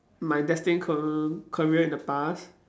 my destined car~ career in the past